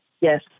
Yes